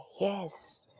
yes